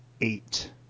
eight